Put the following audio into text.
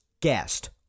gassed